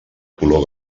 color